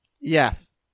Yes